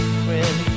friend